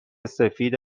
سفید